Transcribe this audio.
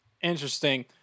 Interesting